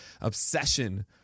obsession